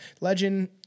Legend